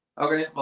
okay.